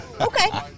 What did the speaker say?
Okay